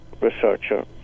researcher